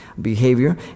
behavior